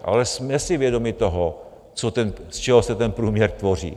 Ale jsme si vědomi toho, z čeho se ten průměr tvoří.